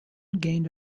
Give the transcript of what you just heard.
gained